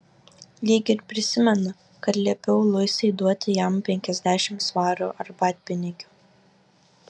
lyg ir prisimenu kad liepiau luisai duoti jam penkiasdešimt svarų arbatpinigių